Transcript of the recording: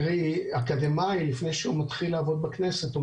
קרי אקדמאי לפני שהוא מתחיל לעבוד בכנסת הוא